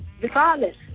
regardless